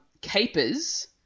capers